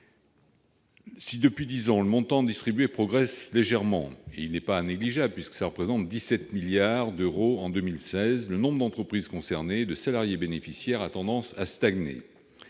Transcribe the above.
Si, depuis dix ans, le montant distribué progresse légèrement- il n'est pas négligeable, puisqu'il représente 17 milliards d'euros en 2016 -, le nombre d'entreprises concernées et de salariés bénéficiaires a tendance à stagner.